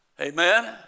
Amen